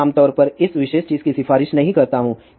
मैं आमतौर पर इस विशेष चीज की सिफारिश नहीं करता हूं